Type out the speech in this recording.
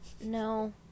No